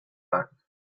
back